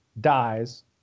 dies